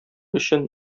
өчен